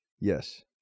Yes